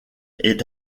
est